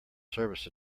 service